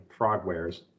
Frogwares